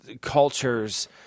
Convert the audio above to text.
culture's